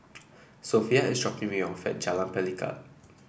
Sophia is dropping me off at Jalan Pelikat